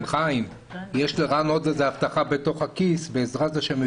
יש לרן עוד הבטחה בתוך הכיס שבעזרת השם הוא